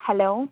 hello